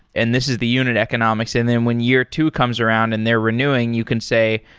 and this is the unit economics. and then when year two comes around and they're renewing, you can say,